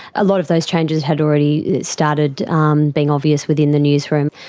a lot of those changes had already started um being obvious within the newsroom.